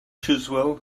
chiswell